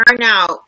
turnout